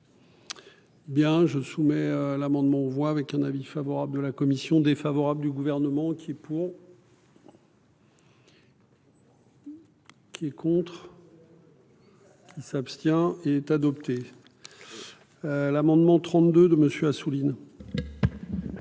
Bien je soumets l'amendement voit avec un avis favorable de la commission défavorable du gouvernement qui pourront. Qui est contre. Il s'abstient. Il est adopté. L'amendement 32 de monsieur Assouline.